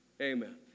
Amen